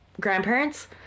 grandparents